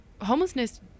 homelessness